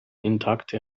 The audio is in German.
intakte